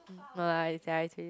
no lah it's that I say